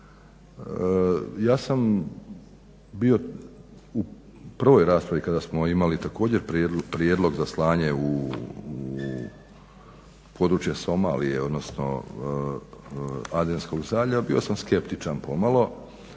Ja sam bio u prvoj raspravi kada smo imali također prijedlog za slanje u područje Somalije, odnosno Adenskog zaljeva bio sam skeptičan pomalo.